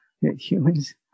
Humans